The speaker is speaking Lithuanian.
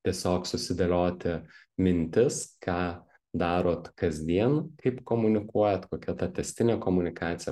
tiesiog susidėlioti mintis ką darot kasdien kaip komunikuojat kokia ta tęstinė komunikacija